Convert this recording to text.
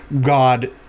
God